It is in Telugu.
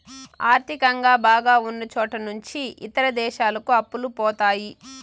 ఆర్థికంగా బాగా ఉన్నచోట నుంచి ఇతర దేశాలకు అప్పులు పోతాయి